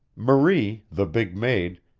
marie, the big maid,